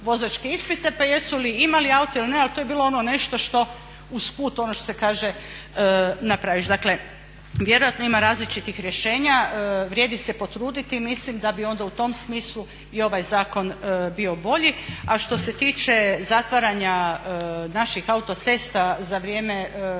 vozačke ispite pa jesu li imali auto ili ne ali to je bilo ono nešto što uz put što se kaže napraviš. Dakle vjerojatno ima različitih rješenja, vrijedi se potruditi i mislim da bi onda u tom smislu i ovaj zakon bio bolji. A što se tiče zatvaranja naših autocesta za vrijeme